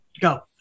go